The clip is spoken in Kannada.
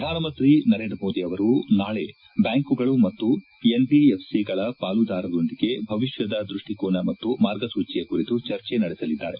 ಪ್ರಧಾನಮಂತ್ರಿ ನರೇಂದ್ರ ಮೋದಿ ಅವರು ನಾಳೆ ಬ್ಲಾಂಕುಗಳು ಮತ್ತು ಎನ್ಬಿಎಫ್ಸಿಗಳ ಪಾಲುದಾರರೊಂದಿಗೆ ಭವಿಷ್ಣದ ದ್ವಸ್ಲಿಕೋನ ಮತ್ತು ಮಾರ್ಗಸೂಚಿಯ ಕುರಿತು ಚರ್ಚೆ ನಡೆಸಲಿದ್ದಾರೆ